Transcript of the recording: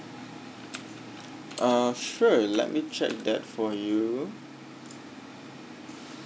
uh sure let me check that for you